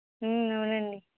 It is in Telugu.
అవునండి